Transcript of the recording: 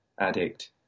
addict